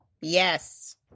Yes